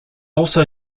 also